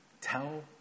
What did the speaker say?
tell